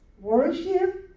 Worship